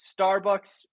starbucks